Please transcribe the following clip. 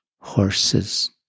horses